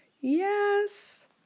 yes